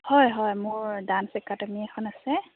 হয় হয় মোৰ ডান্স একাডেমী এখন আছে